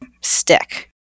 stick